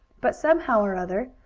but, somehow or other,